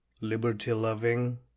liberty-loving